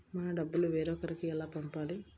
మన డబ్బులు వేరొకరికి ఎలా పంపాలి?